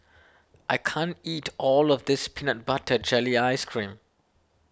I can't eat all of this Peanut Butter Jelly Ice Cream